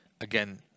Again